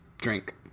drink